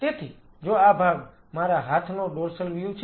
તેથી જો આ ભાગ મારા હાથનો ડોર્સલ વ્યૂ છે